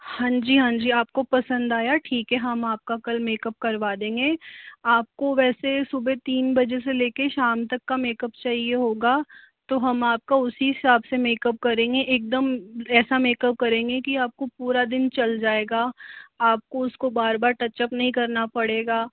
हाँ जी हाँ जी आपको पसंद आया ठीक है हम आपका कल मेकअप करवा देंगे आपको वैसे सुबह तीन बजे से लेके शाम तक का मेकअप चाहिए होगा तो हम आपका उसी हिसाब से मेकअप करेंगे एकदम ऐसा मेकअप करेंगे कि आपको पूरा दिन चल जाएंगा आपको उसका बार बार टच अप नहीं करना पड़ेगा